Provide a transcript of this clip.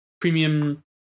premium